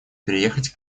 приехать